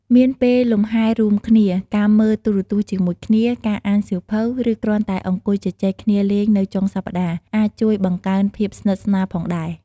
មានពេលលំហែរួមគ្នា ការមើលទូរទស្សន៍ជាមួយគ្នា ការអានសៀវភៅ ឬគ្រាន់តែអង្គុយជជែកគ្នាលេងនៅចុងសប្ដាហ៍ អាចជួយបង្កើនភាពស្និទ្ធស្នាលផងដែរ។